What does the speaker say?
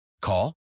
Call